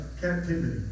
captivity